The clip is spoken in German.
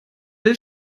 will